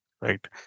right